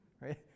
Right